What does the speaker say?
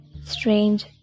Strange